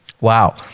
Wow